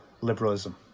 liberalism